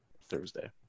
Thursday